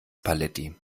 paletti